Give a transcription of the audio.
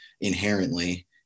inherently